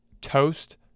Toast